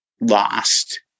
lost